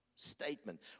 statement